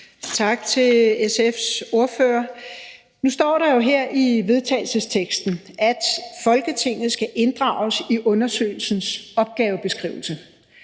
Tak til SF's ordfører. Nu står der jo her i forslaget til vedtagelse, at Folketinget skal inddrages i undersøgelsens opgavebeskrivelse,